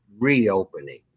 reopening